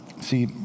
See